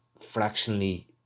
fractionally